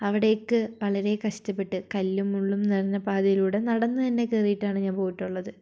അവിടേക്ക് വളരെ കഷ്ടപ്പെട്ട് കല്ലും മുള്ളും നിറഞ്ഞ പാതയിലൂടെ നടന്നുതന്നെ കയറിയിട്ടാണ് ഞാൻ പോയിട്ടുള്ളത്